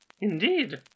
Indeed